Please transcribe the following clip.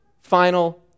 final